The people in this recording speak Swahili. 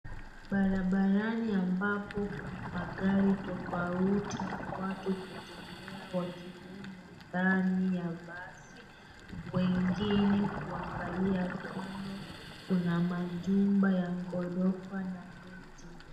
Barabarani ambapo kuna magari tofauti na watu kutembea wakiwemo ndani ya basi mwengine kuangalia kando kuna majumba ya ghorofa na miti.